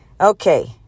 Okay